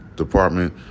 Department